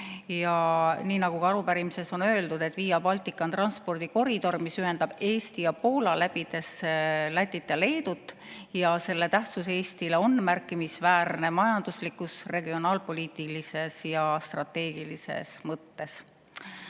Nii nagu ka arupärimises on öeldud, Via Baltica on transpordikoridor, mis ühendab Eesti ja Poola, läbides Lätit ja Leedut. Selle tähtsus Eestile on märkimisväärne majanduslikus, regionaalpoliitilises ja strateegilises mõttes.